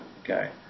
Okay